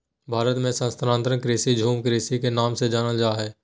भारत मे स्थानांतरण कृषि, झूम कृषि के नाम से जानल जा हय